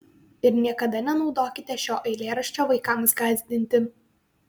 ir niekada nenaudokite šio eilėraščio vaikams gąsdinti